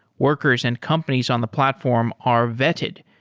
workers and companies on the platform are vetted,